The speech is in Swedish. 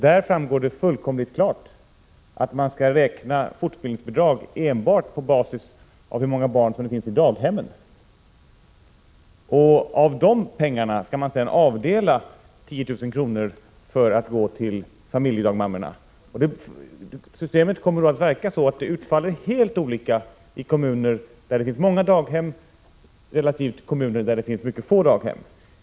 Där framgår det fullkomligt klart att man skall beräkna fortbildningsbidraget enbart på basis av hur många barn det finns i daghemmen. Av dessa pengar skall man sedan avdela 10 000 kr. som skall gå till familjedagmammorna. Systemet kommer att verka på olika sätt i kommunerna beroende på om de har många eller få daghem.